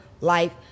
life